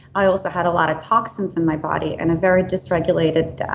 i also had a lot of toxins in my body and a very dysregulated